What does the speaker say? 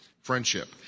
friendship